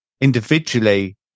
individually